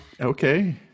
Okay